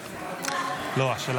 נתקבלה.